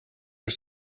are